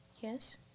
Yes